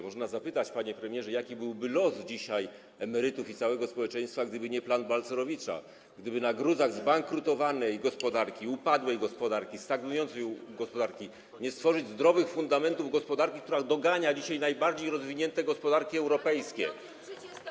Można zapytać, panie premierze, jaki byłby los dzisiaj emerytów i całego społeczeństwa, gdyby nie plan Balcerowicza, gdyby na gruzach zbankrutowanej gospodarki, upadłej gospodarki, stagnującej gospodarki nie stworzyć zdrowych fundamentów gospodarki, która dogania dzisiaj najbardziej rozwinięte gospodarki europejskie.